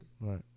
right